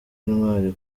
intwari